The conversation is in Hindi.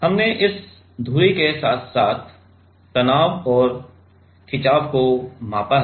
हमने इस इस धुरी के साथ तनाव और खिचाव को मापा है